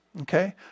Okay